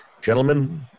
Gentlemen